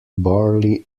barley